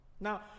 now